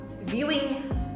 viewing